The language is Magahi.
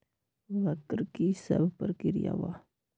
वक्र कि शव प्रकिया वा?